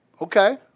okay